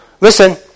listen